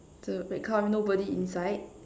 the a red car with nobody inside